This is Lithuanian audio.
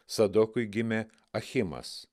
sadokui gimė achimas